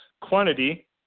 quantity